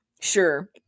sure